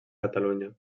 catalunya